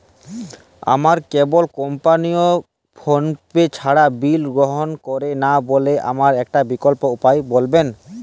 আমার cable company PhonePe ছাড়া bill গ্রহণ করে না বলে আমার একটা বিকল্প উপায় বলবেন?